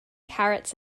carrots